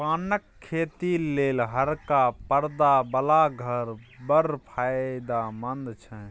पानक खेती लेल हरका परदा बला घर बड़ फायदामंद छै